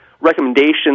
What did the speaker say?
recommendations